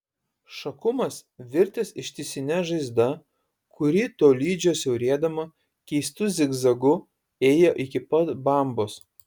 šakumas virtęs ištisine žaizda kuri tolydžio siaurėdama keistu zigzagu ėjo iki pat bambos